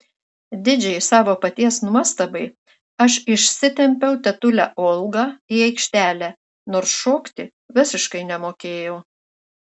didžiai savo paties nuostabai aš išsitempiau tetulę olgą į aikštelę nors šokti visiškai nemokėjau